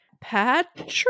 patrick